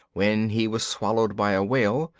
when he was swallowed by a whale,